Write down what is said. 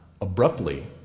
abruptly